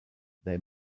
they